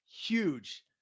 huge